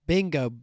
Bingo